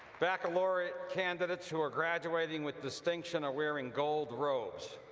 baccalaureate candidates who are graduating with distinction are wearing gold robes.